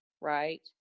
right